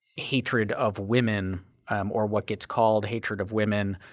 hatred of women or what gets called hatred of women,